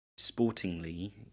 sportingly